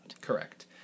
Correct